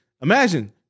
imagine